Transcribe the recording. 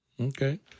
Okay